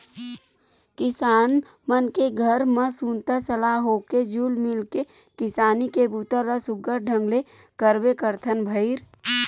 किसान मन के घर म सुनता सलाह होके जुल मिल के किसानी के बूता ल सुग्घर ढंग ले करबे करथन भईर